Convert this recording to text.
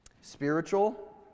spiritual